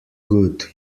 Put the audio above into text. good